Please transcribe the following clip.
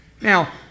Now